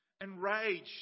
enraged